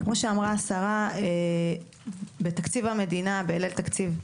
כמו שאמרה השרה בתקציב המדינה, בלילה התקציב,